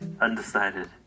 Undecided